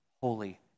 holy